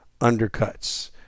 undercuts